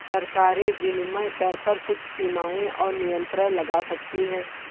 सरकारें विनिमय दर पर कुछ सीमाएँ और नियंत्रण लगा सकती हैं